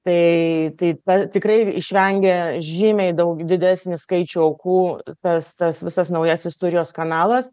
tai tai tikrai išvengė žymiai daug didesnį skaičių aukų tas tas visas naujasis turijos kanalas